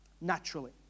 Naturally